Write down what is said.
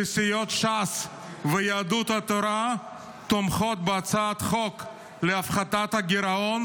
שסיעות ש"ס ויהדות התורה תומכות בהצעת החוק להפחתת הגירעון